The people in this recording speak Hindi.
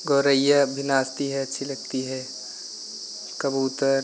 गौरैया भी नाचती है अच्छी लगती है कबूतर